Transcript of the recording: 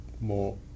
more